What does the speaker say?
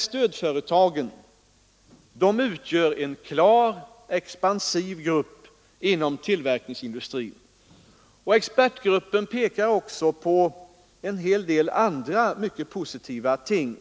stödföretagen utgör en klart expansiv grupp inom tillverkningsindustrin. Man pekar också på en hel del andra mycket positiva ting.